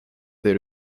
there